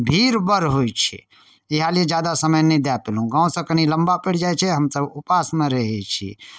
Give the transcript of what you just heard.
भीड़ बड़ होइ छै जे हाले जादा समय नहि दय पेलहुॅं गाँव सऽ कनी लम्बा परि जाइ छै हमसब उपास मे रहै छी